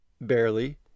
Barely